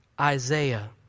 Isaiah